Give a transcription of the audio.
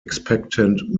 expectant